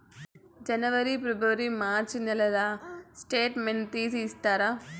జనవరి, ఫిబ్రవరి, మార్చ్ నెలల స్టేట్మెంట్ తీసి ఇస్తారా?